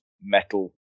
metal